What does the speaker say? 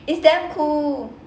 it's damn cool